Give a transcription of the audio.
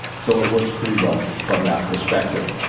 so it works pretty well from that perspective.